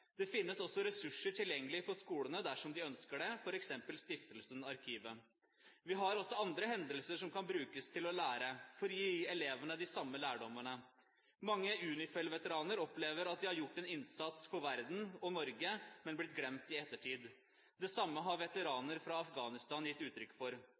Det finnes også ressurser tilgjengelig for skolene dersom de ønsker det, f.eks. Stiftelsen Arkivet. Vi har også andre hendelser som kan brukes av lærere for å gi elevene de samme lærdommene. Mange UNIFIL-veteraner opplever at de har gjort en innsats for verden og Norge, men blitt glemt i ettertid. Det samme har veteraner fra Afghanistan gitt uttrykk for.